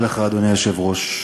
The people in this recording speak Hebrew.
אדוני היושב-ראש,